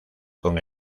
con